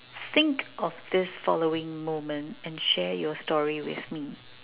think of this following moment and share your story with me